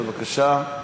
בבקשה.